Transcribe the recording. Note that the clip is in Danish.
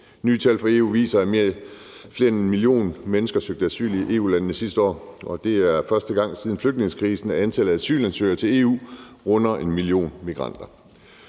Nye tal fra EU viser, at flere end en million mennesker søgte asyl i EU-landene sidste år, og det er første gang siden flygtningekrisen, at antallet af asylansøgere til EU runder en million migranter.